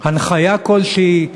הנחיה כלשהי,